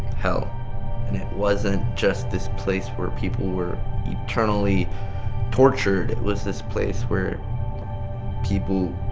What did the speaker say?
hell. and it wasn't just this place where people were eternally tortured. it was this place where people